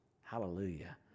Hallelujah